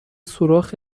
سوراخ